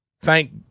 thank